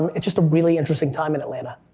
um it's just a really interesting time in atlanta.